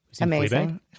Amazing